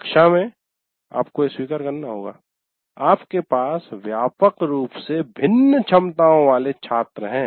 कक्षा में आपको यह स्वीकार करना होगा आपके पास व्यापक रूप से भिन्न क्षमताओं वाले छात्र हैं